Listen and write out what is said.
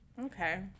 Okay